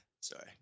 Sorry